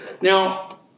Now